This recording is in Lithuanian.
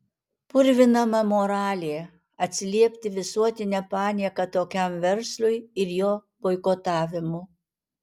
purvinama moralė atsiliepti visuotine panieka tokiam verslui ir jo boikotavimu